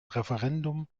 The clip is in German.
referendum